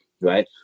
right